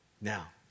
Now